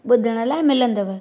ॿुधण लाइ मिलंदव